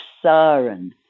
siren